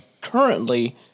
currently